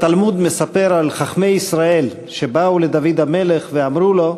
התלמוד מספר על חכמי ישראל שבאו לדוד המלך ואמרו לו: